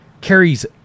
carries